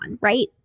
right